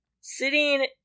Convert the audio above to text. sitting